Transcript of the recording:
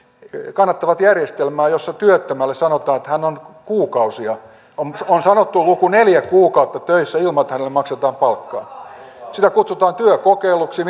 kannattavat kannattaa järjestelmää jossa työttömälle sanotaan että hän on kuukausia on on sanottu luku neljä kuukautta töissä ilman että hänelle maksetaan palkkaa sitä kutsutaan työkokeiluksi